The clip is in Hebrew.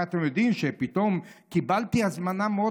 הרי אתם יודעים שפתאום קיבלתי הזמנה מאוד